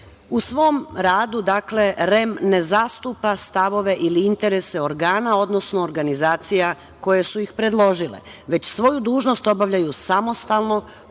svom radu REM ne zastupa stavove ili interese organa, odnosno organizacija koje su ih predložile, već svoju dužnost obavljaju samostalno,